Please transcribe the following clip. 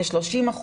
כ-30%,